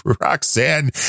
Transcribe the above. Roxanne